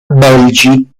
belgi